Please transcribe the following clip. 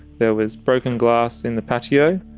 there was broken glass in the patio,